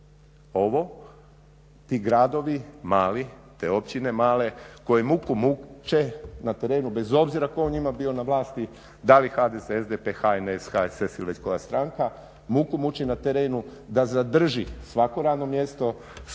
Ovo, ti gradovi mali, te općine male koji muku muče na terenu bez obzira tko u njima bio na vlasti da li HDZ, SDP, HNS, HSS ili već koja stranka muku muči na trenu da zadrži svako radno mjesto.